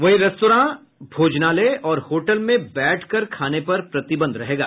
वहीं रेस्तरां भोजनालय और होटल में बैठकर खाने पर प्रतिबंध रहेगा